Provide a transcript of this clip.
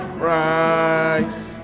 Christ